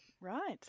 Right